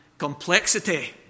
complexity